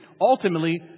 ultimately